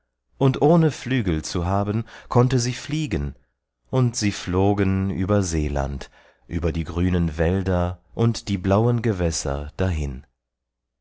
und ohne flügel zu haben konnte sie fliegen und sie flogen über seeland über die grünen wälder und die blauen gewässer dahin